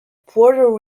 puerto